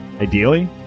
Ideally